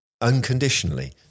unconditionally